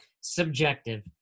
subjective